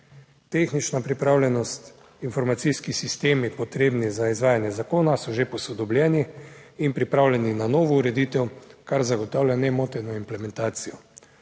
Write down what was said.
Tehnična pripravljenost, informacijski sistemi, potrebni za izvajanje zakona, so že posodobljeni in pripravljeni na novo ureditev, kar zagotavlja nemoteno implementacijo.